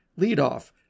leadoff